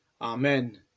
Amen